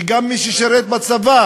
כי גם מי ששירת בצבא,